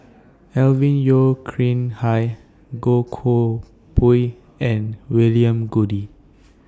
Alvin Yeo Khirn Hai Goh Koh Pui and William Goode